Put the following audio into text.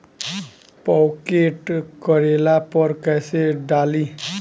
Pocket करेला पर कैसे डाली?